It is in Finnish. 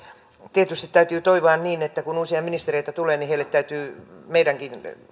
tietysti on niin että kun uusia ministereitä tulee niin heille täytyy meidänkin